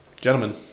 gentlemen